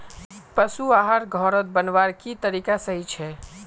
पशु आहार घोरोत बनवार की तरीका सही छे?